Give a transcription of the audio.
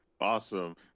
awesome